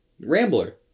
Rambler